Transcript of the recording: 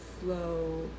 flow